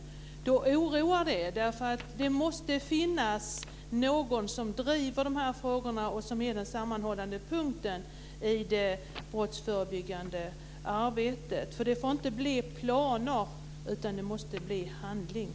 Det oroar. Det måste finnas någon som driver dessa frågor och som är den sammanhållande länken i det brottsförebyggande arbetet. Det får inte bli planer, utan det måste bli handling.